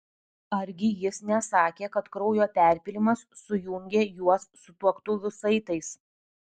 argi jis nesakė kad kraujo perpylimas sujungė juos sutuoktuvių saitais